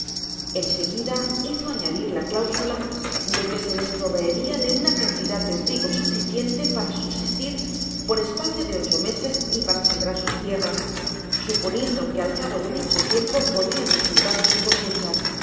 seguida hizo añadir la cláusula de que se les proveeria de una cantidad de trigo suficiente para subsistir por espacio de ocho meses y para sembrar sus tierras suponiendo que al cabo de dicho tiempo podrian disfrutar de su cosecha